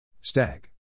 Stag